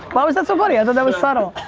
why was that so but yeah that was subtle.